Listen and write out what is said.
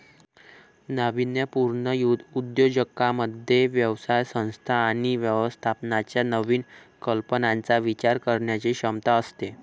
नाविन्यपूर्ण उद्योजकांमध्ये व्यवसाय संस्था आणि व्यवस्थापनाच्या नवीन कल्पनांचा विचार करण्याची क्षमता असते